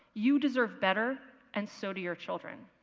you deserve better, and so do your children.